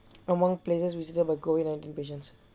among places visited by COVID nineteen patients